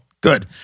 good